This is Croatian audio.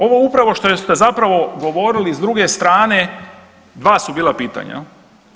Ovo upravo što ste zapravo govorili s druge strane, dva su bila pitanja, jel.